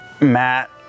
Matt